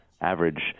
average